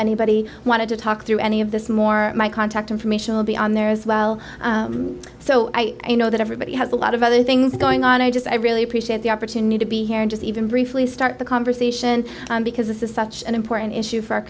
anybody wanted to talk to any of this more my contact information will be on there as well so i know that everybody has a lot of other things going on i just i really appreciate the opportunity to be here and just even briefly start the conversation because this is such an important issue for our